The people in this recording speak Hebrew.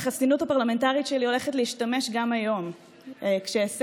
בחסינות הפרלמנטרית שלי הולכת להשתמש גם היום כשאעשה